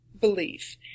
belief